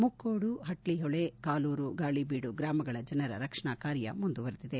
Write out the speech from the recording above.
ಮುಕ್ತೋಡು ಹಟ್ಟಹೊಳೆ ಕಾಲೂರು ಗಾಳಿಬೀಡು ಗ್ರಾಮಗಳ ಜನರ ರಕ್ಷಣಾ ಕಾರ್ಯ ಮುಂದುವರೆದಿದೆ